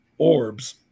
orbs